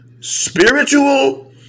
spiritual